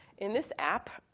in this app,